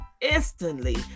instantly